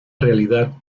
realidad